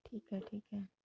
ठीक आहे ठीक आहे